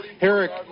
Herrick